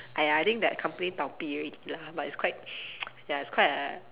!aiya! I think that company already lah but it's quite ya it's quite a